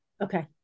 Okay